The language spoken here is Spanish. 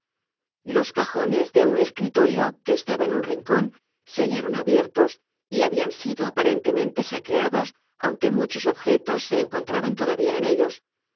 los cajones de un escritorio que estaba en un rincón se hallaron abiertos y habían sido aparentemente saqueados aunque muchos objetos se encontraban todavía en ellos